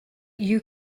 you